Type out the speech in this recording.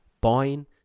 buying